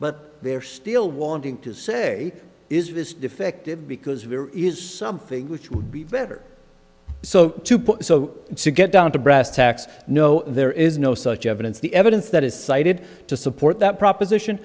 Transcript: but they're still wanting to say is this defective because we're is something which would be better so to put so to get down to brass tacks no there is no such evidence the evidence that is cited to support that proposition